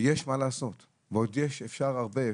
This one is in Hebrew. ויש מה לעשות, ועוד יש ואפשר הרבה.